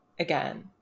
again